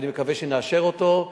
ואני מקווה שנאשר אותו.